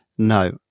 No